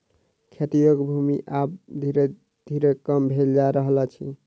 खेती योग्य भूमि आब धीरे धीरे कम भेल जा रहल अछि